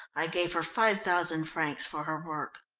i gave her five thousand francs for her work.